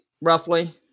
roughly